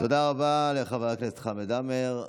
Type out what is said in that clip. תודה רבה לחבר הכנסת חמד עמאר.